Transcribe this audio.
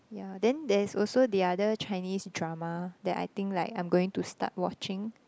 ya then there's also the other Chinese drama that I think like I'm going to start watching